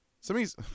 Somebody's